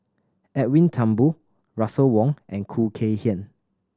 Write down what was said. Edwin Thumboo Russel Wong and Khoo Kay Hian